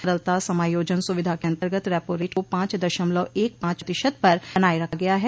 तरलता समायोजन सुविधा के अंतर्गत रेपो रेट को पांच दशमलव एक पांच प्रतिशत पर बनाए रखा गया है